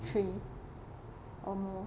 three or more